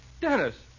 Dennis